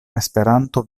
esperanto